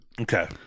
Okay